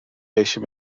eisiau